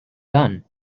done